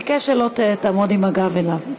הוא ביקש שלא תעמוד עם הגב אליו.